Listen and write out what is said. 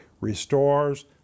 restores